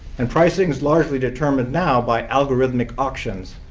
and pricing is largely determined now by algorithmic auctions,